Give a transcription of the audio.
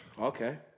Okay